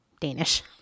Danish